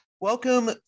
Welcome